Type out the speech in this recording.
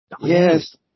Yes